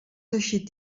eixit